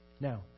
Now